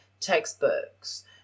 textbooks